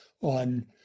on